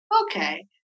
okay